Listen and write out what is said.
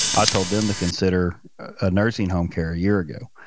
i told them to consider nursing home care a year ago.